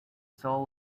sole